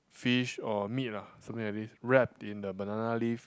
fish or meat ah something like this wrapped in the banana leaf